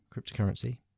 cryptocurrency